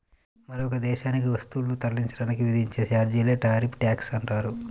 మరొక దేశానికి వస్తువులను తరలించడానికి విధించే ఛార్జీలనే టారిఫ్ ట్యాక్స్ అంటారు